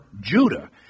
Judah